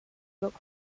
book